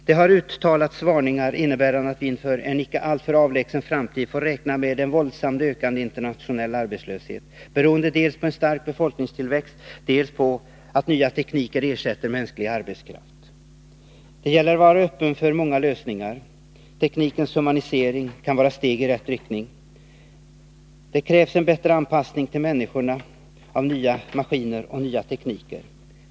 Det har uttalats varningar, innebärande att vi inom en inte alltför avlägsen framtid får räkna med en våldsamt ökande internationell arbetslöshet beroende dels på en stark befolkningstillväxt, dels på att nya tekniker ersätter mänsklig arbetskraft. Det gäller att vara öppen för olika lösningar. Teknikens humanisering kan vara ett och ett steg i rätt riktning. Det krävs en bättre anpassning till människorna av nya maskiner och tekniker.